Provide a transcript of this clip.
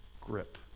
grip